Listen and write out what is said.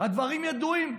הדברים ידועים.